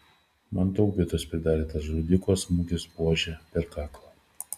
man daug bėdos pridarė tas žudiko smūgis buože per kaklą